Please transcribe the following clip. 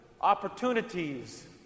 opportunities